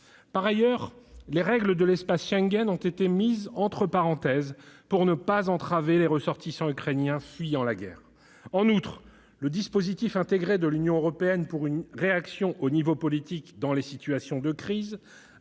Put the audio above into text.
de mettre les règles de l'espace Schengen entre parenthèses pour ne pas entraver les ressortissants ukrainiens fuyant la guerre. En outre, le Conseil a déclenché le dispositif intégré de l'Union européenne pour une réaction au niveau politique dans les situations de crise